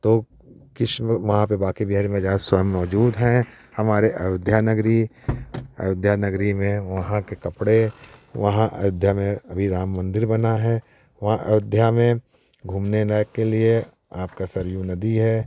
तो कृष्ण वो वहाँ पे बाँके बिहारी मेरा स्वयं मौजूद हैं हमारे अयोध्या नगरी अयोध्या नगरी में वहाँ के कपड़े वहाँ अयोध्या में अभी राम मंदिर बना है वहाँ अयोध्या में घूमने लायक के लिए आपका सरयू नदी है